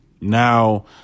Now